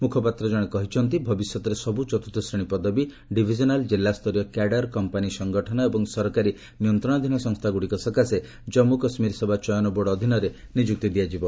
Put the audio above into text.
ମୁଖପାତ୍ର କହିଛନ୍ତି ଭବିଷ୍ୟତରେ ସବୁ ଚତୁର୍ଥ ଶ୍ରେଣୀ ପଦବି ଡିଭିଜନାଲ୍ ଜିଲ୍ଲା ସ୍ତରୀୟ କ୍ୟାଡର କମ୍ପାନୀ ସଂଗଠନ ଏବଂ ସରକାରୀ ନିୟନ୍ତ୍ରଣାଧୀନ ସଂସ୍ଥାଗୁଡ଼ିକ ସକାଶେ କାଞ୍ଗୁ କାଶ୍ମୀର ସେବା ଚୟନ ବୋର୍ଡ ଅଧୀନରେ ନିଯୁକ୍ତି ଦିଆଯିବ